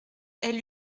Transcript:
elle